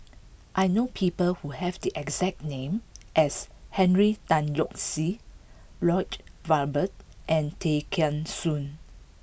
I know people who have the exact name as Henry Tan Yoke See Lloyd Valberg and Tay Kheng Soon